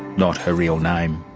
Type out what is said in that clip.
not her real name.